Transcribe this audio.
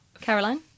Caroline